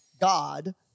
God